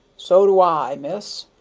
so do i, miss,